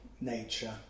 nature